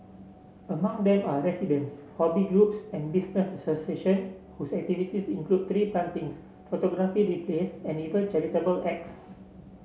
among them are residents hobby groups and business association whose activities include tree plantings photography displays and even charitable acts